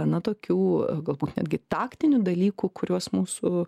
na tokių galbūt netgi taktinių dalykų kuriuos mūsų